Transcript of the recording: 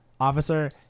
officer